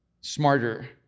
smarter